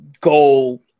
goal